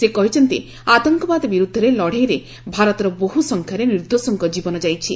ସେ କହିଛନ୍ତି ଆତଙ୍କବାଦ ବିରୁଦ୍ଧରେ ଲଢ଼େଇରେ ଭାରତର ବହୁ ସଂଖ୍ୟାରେ ନିର୍ଦ୍ଦୋଷଙ୍କ ଜୀବନ ଯାଇଛି